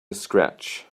scratch